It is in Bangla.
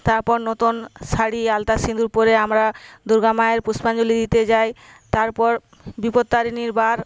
তারপর নতুন শাড়ি আলতা সিঁদুর পড়ে আমরা দুর্গা মায়ের পুষ্পাঞ্জলি দিতে যাই তারপর বিপত্তারিণীর বার